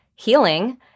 Healing